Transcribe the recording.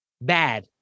bad